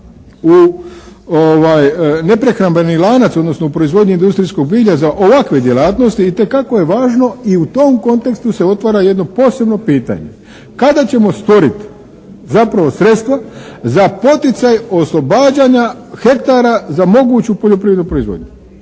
u neprehrambeni lanac, odnosno u proizvodnji industrijskog bilja za ovakve djelatnosti itekako je važno i u tom kontekstu se otvara jedno posebno pitanje kada ćemo stvoriti zapravo sredstva za poticaj oslobađanja hektara za moguću poljoprivrednu proizvodnju?